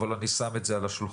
אבל אני שם את זה על השולחן.